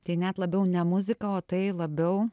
tai net labiau ne muzika o tai labiau